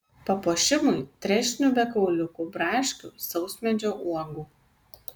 papuošimui trešnių be kauliukų braškių sausmedžio uogų